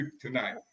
tonight